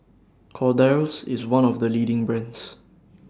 Kordel's IS one of The leading brands